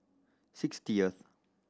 sixtieth